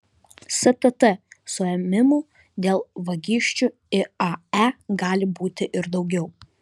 stt suėmimų dėl vagysčių iae gali būti ir daugiau